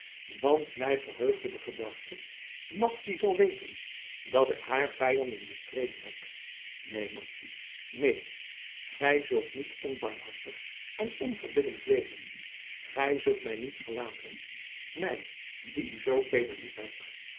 want mij verheugde de gedachte madzy zal weten dat ik haar vijanden bestreden heb neen madzy neen gij zult niet onbarmhartig en onverbiddelijk wezen gij zult mij niet verlaten mij die u zoo teeder liefheb